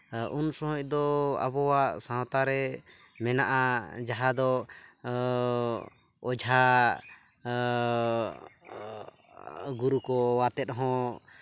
ᱩᱱ ᱥᱚᱢᱚᱭ ᱫᱚ ᱟᱵᱚᱣᱟᱜ ᱥᱟᱶᱛᱟ ᱨᱮ ᱢᱮᱱᱟᱜᱼᱟ ᱡᱟᱦᱟᱸ ᱫᱚ ᱚᱡᱷᱟ ᱜᱩᱨᱩ ᱠᱚ ᱟᱛᱮᱜ ᱦᱚᱸ